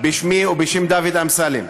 בשמי ובשם דוד אמסלם,